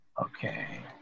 Okay